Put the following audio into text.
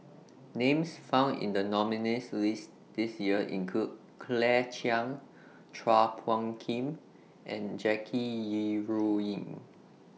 Names found in The nominees' list This Year include Claire Chiang Chua Phung Kim and Jackie Yi Ru Ying